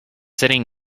sitting